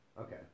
Okay